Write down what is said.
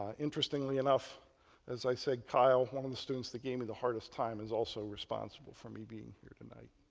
interestingly enough as i said, kyle one of the students that gave me the hardest time is also responsible for me being here tonight.